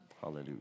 Hallelujah